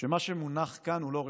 שמה שמונח כאן הוא לא רפורמה.